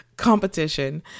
competition